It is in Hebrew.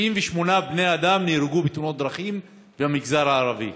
98 בני אדם נהרגו בתאונות דרכים במגזר הערבי,